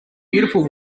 beautiful